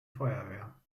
feuerwehr